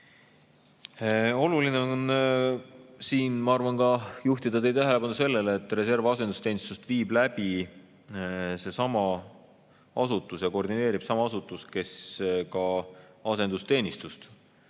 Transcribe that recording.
Oluline on siin, ma arvan, juhtida teie tähelepanu ka sellele, et reservasendusteenistust viib läbi ja koordineerib sama asutus, kes ka asendusteenistust